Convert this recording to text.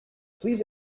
please